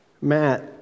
Matt